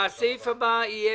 הישיבה נעולה.